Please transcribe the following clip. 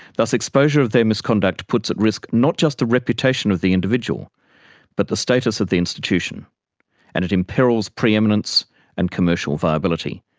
thus, exposure of their misconduct puts at risk not just the reputation of the individual but the status of the institution and it imperils pre-eminence and commercial viability.